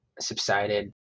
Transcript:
subsided